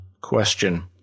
question